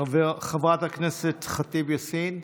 חברת הכנסת ח'טיב יאסין,